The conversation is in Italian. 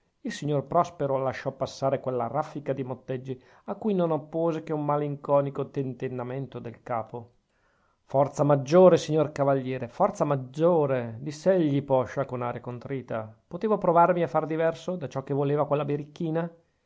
il signor prospero lasciò passare quella raffica di motteggi a cui non oppose che un malinconico tentennamento del capo forza maggiore signor cavaliere forza maggiore diss'egli poscia con aria contrita potevo provarmi a far diverso da ciò che voleva quella birichina